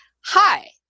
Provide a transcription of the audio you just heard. hi